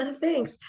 Thanks